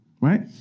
right